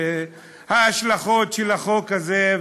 וההשלכות של החוק הזה,